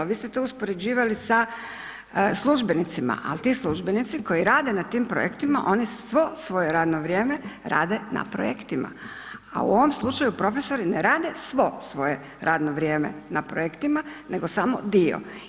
Vi ste to uspoređivali sa službenicima, ali ti službenici koji rade na tim projektima oni svo svoje radno vrijeme rade na projektima, a u ovom slučaju profesori ne rade svo svoje radno vrijeme na projektima nego samo dio.